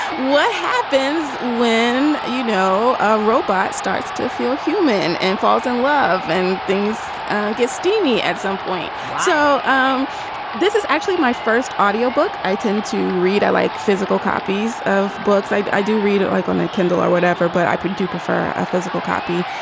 what happens when, you know, a robot starts to feel human and falls in love and things get steamy at some point? so um this is actually my first audiobook i tend to read i like physical copies of books. i i do read it like on a kindle or whatever, but i do prefer a physical copy.